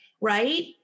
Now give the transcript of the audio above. right